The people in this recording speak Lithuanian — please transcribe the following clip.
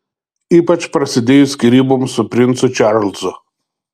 ypač prasidėjus skyryboms su princu čarlzu